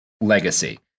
legacy